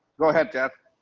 go ahead jeff.